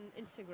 Instagram